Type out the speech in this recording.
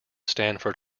stanford